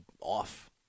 off